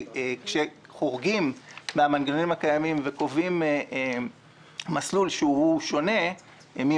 כשחורגים מן המנגנונים הקיימים וקובעים מסלול שונה למשל